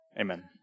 Amen